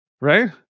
right